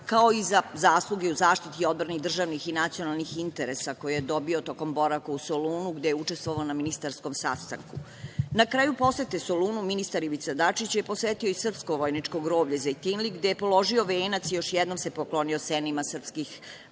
kao i za zasluge u zaštiti odbrane državnih i nacionalnih interesa, koju je dobio tokom boravka u Solunu, gde je učestvovao na ministarskom sastanku. Na kraju posete Solunu ministar Ivica Dačić je posetio i srpsko vojničko groblje Zejtinlik, gde je položio venac i još jednom se poklonio senima srpskih